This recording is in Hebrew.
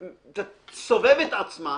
תסובב את עצמה,